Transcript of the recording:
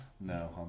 No